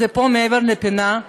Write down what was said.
זה פה מעבר לפינה,